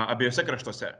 abiejuose kraštuose